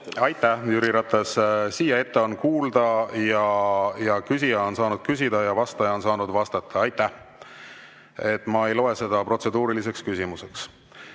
Aitäh, Jüri Ratas! Siia ette on kuulda ja küsija on saanud küsida ja vastaja on saanud vastata. Ma ei loe seda protseduuriliseks küsimuseks. Järgnevalt,